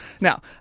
Now